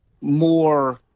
more